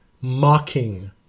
mocking